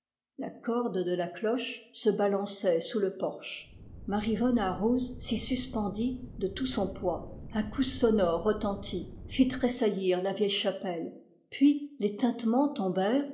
la corde de la cloche se balançait sous le porche mar yvona rouz s'y suspendit de tout son poids un coup sonore retentit fit tressaillir la vieille chapelle puis les tintements